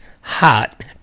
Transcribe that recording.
Hot